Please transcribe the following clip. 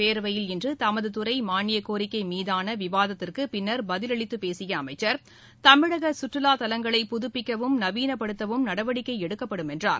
பேரவையில் இன்றுதமதுதுறைமானியக்கோரிக்கைமீதானவிவாத்திற்குபின்னர் பதில் அளித்துபேசியஅமைச்சர் தமிழகசுற்றுவாதலங்களை புகப்பிக்கவும் நவீனப்படுத்தவும் நடவடிக்கைஎடுக்கப்படும் என்றார்